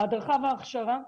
ההדרכה וההכשרה,